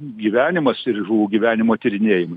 gyvenimas ir žuvų gyvenimo tyrinėjimai